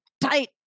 Tight